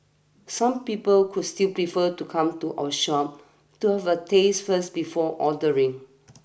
some people could still prefer to come to our shop to have a taste first before ordering